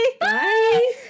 Bye